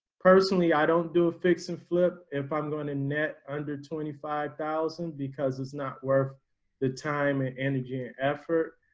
personally, i don't do a fix and flip if i'm going to net under twenty five thousand because it's not worth the time, and energy and effort.